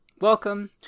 Welcome